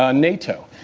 ah nato.